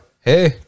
hey